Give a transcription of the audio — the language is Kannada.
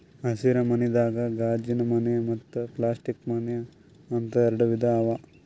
ಹಸಿರ ಮನಿದಾಗ ಗಾಜಿನಮನೆ ಮತ್ತ್ ಪ್ಲಾಸ್ಟಿಕ್ ಮನೆ ಅಂತ್ ಎರಡ ವಿಧಾ ಅವಾ